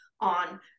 on